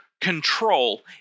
control